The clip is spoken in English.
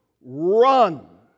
run